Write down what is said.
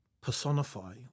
personify